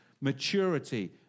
maturity